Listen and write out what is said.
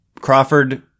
Crawford